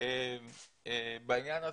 בעניין הזה.